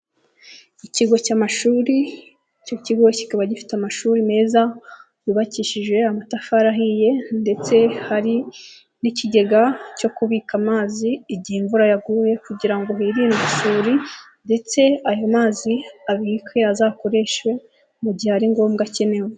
Ikigo cy'amashuri icyo kigo kikaba gifite amashuri meza yubakishije amatafari ahiye ndetse hari n'ikigega cyo kubika amazi igihe imvura yaguye kugira ngo hirinde isuri ndetse ayo mazi abikwe azakoreshewe mu mu gihe ari ngombwa akenewe.